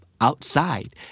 Outside